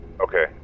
Okay